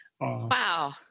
Wow